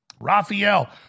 Raphael